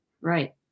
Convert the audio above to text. Right